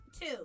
Two